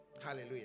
hallelujah